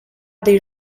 des